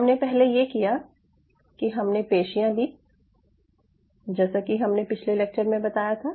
हमने पहले ये किया कि हमने पेशियाँ ली जैसा कि हमने पिछले लेक्चर में बताया था